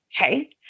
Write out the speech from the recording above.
Okay